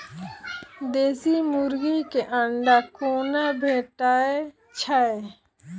देसी मुर्गी केँ अंडा कोना भेटय छै?